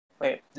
Wait